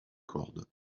cordes